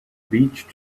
beach